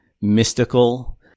mystical